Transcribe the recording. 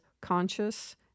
conscious